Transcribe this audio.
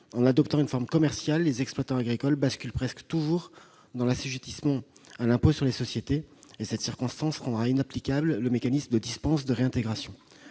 En adoptant une forme commerciale, les exploitants agricoles basculent presque toujours dans l'assujettissement à l'impôt sur les sociétés. Cette circonstance rendra inapplicable le mécanisme de dispense de réintégration.